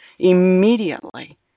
immediately